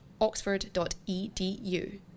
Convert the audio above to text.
oxford.edu